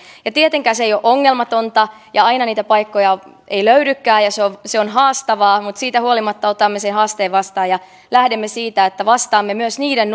ja tietenkään se ei ole ongelmatonta ja aina niitä paikkoja ei löydykään ja se on se on haastavaa mutta siitä huolimatta otamme sen haasteen vastaan ja lähdemme siitä että vastaamme myös niiden